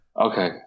Okay